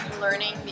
learning